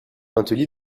atelier